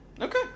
okay